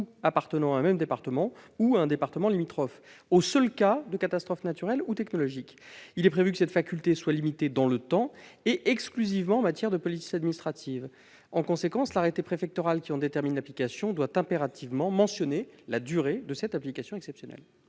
appartenant à un même département ou à un département limitrophe aux seuls cas de catastrophe naturelle ou technologique. Il est prévu que cette faculté soit limitée dans le temps et exclusivement en matière de police administrative. En conséquence, l'arrêté préfectoral qui en détermine l'application doit impérativement mentionner la durée de cette application exceptionnelle.